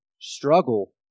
struggle